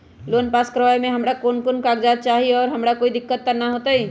Loan pass करवावे में हमरा कौन कौन कागजात चाही और हमरा कोई दिक्कत त ना होतई?